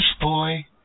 boy